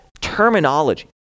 terminology